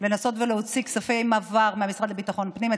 לנסות ולהוציא כספי מעבר מהמשרד לביטחון פנים.